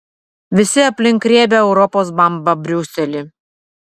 visi aplink riebią europos bambą briuselį